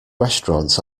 restaurants